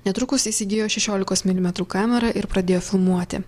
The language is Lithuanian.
netrukus įsigijo šešiolikos milimetrų kamerą ir pradėjo filmuoti